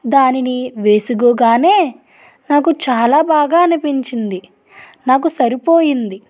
దానిని వేసుకోగానే నాకు చాలా బాగా అనిపించింది నాకు సరిపోయింది